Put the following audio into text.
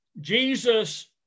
Jesus